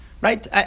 Right